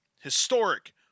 historic